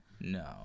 no